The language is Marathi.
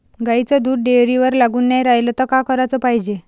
गाईचं दूध डेअरीवर लागून नाई रायलं त का कराच पायजे?